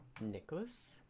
Nicholas